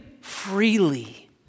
freely